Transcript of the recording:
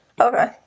okay